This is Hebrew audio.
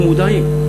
אנחנו מודעים,